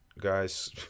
Guys